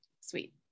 sweet